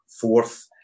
Fourth